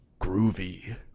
groovy